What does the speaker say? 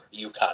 UConn